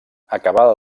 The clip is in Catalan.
acabada